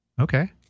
Okay